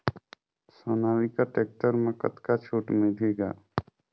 Sonalika tractor म कतका छूट मिलही ग?